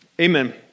Amen